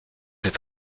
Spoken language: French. cet